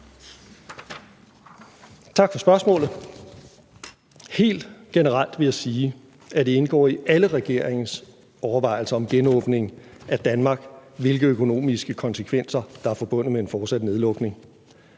Tak for spørgsmålet. Helt generelt vil jeg sige, at det indgår i alle regeringens overvejelser om genåbning af Danmark, hvilke økonomiske konsekvenser der er forbundet med en fortsat nedlukning.